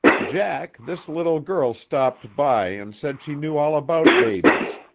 jack, this little girl stopped by and said she knew all about babies,